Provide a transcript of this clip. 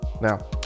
Now